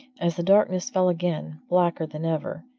as the darkness fell again, blacker than ever,